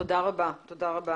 תודה רבה.